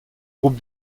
groupe